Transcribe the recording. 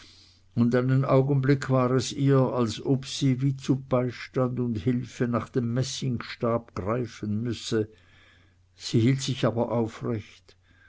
und einen augenblick war es ihr als ob sie wie zu beistand und hilfe nach dem messingstab greifen müsse sie hielt sich aber aufrecht